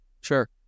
sure